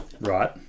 right